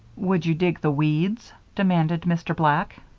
would you dig the weeds? demanded mr. black.